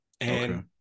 And-